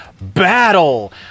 battle